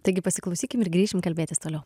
taigi pasiklausykim ir grįšim kalbėtis toliau